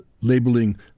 labeling